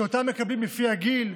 שאותה מקבלים לפי הגיל,